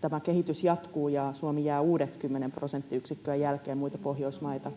tämä kehitys jatkuu ja Suomi jää uudet 10 prosenttiyksikköä jälkeen muita Pohjoismaita.